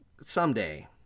someday